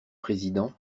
président